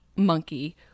monkey